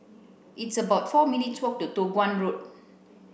it's about four minutes' walk to Toh Guan Road